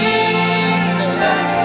Jesus